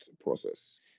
process